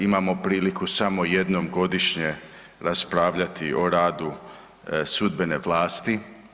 Imamo priliku samo jednom godišnje raspravljati o radu sudbene vlasti.